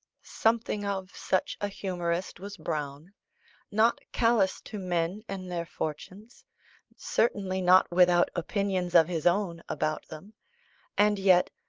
something of such a humourist was browne not callous to men and their fortunes certainly not without opinions of his own about them and yet,